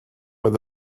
oedd